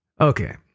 Okay